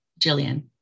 Jillian